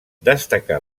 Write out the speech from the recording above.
destacà